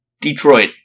Detroit